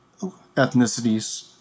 ethnicities